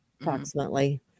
approximately